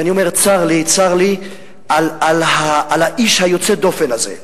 ואני אומר, צר לי, צר לי על האיש היוצא דופן הזה,